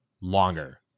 longer